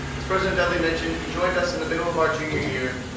as president dudley mentioned, he joined us in the middle of our junior year,